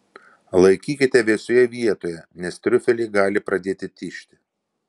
laikykite vėsioje vietoje nes triufeliai gali pradėti tižti